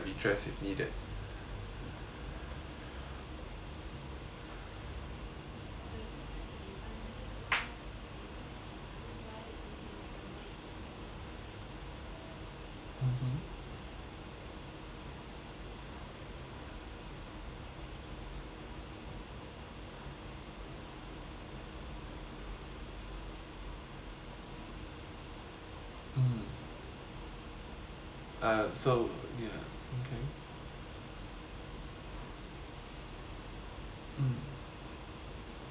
mmhmm mm ah so ya okay mm mm